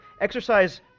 exercise